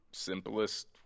simplest